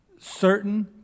certain